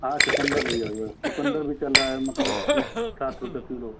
हाँ चुकंदर भी आया हुआ चुकंदर भी चल रहा है मतलब कि साठ रुपये किलो